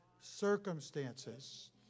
circumstances